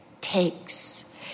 takes